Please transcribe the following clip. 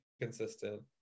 consistent